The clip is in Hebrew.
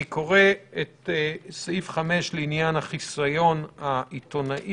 אני קורא את סעיף 5 לעניין החיסיון העיתונאי.